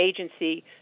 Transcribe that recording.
agency